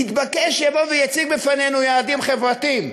יתבקש שיבוא ויציג בפנינו יעדים חברתיים,